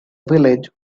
village